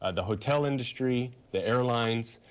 ah the hotel industry, the airlines,